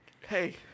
Hey